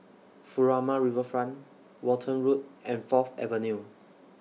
Furama Riverfront Walton Road and Fourth Avenue